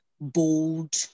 bold